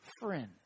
friend